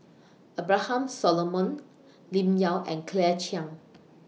Abraham Solomon Lim Yau and Claire Chiang